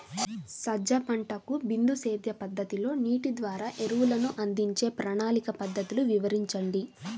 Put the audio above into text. సజ్జ పంటకు బిందు సేద్య పద్ధతిలో నీటి ద్వారా ఎరువులను అందించే ప్రణాళిక పద్ధతులు వివరించండి?